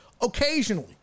Occasionally